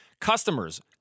Customers